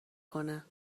کنه